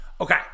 Okay